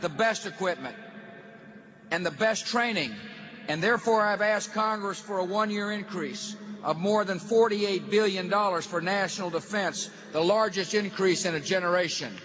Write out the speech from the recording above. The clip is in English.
the best equipment and the best training and therefore i've asked congress for a one year increase of more than forty eight billion dollars for national defense the largest increase in a generation